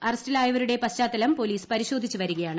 അറസ്റ്റിലായവരുടെ പശ്ചാത്തലം പോലീസ് പരിശോധിച്ചുവരികയാണ്